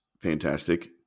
fantastic